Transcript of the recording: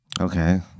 Okay